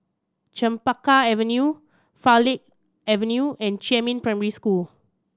Chempaka Avenue Farleigh Avenue and Jiemin Primary School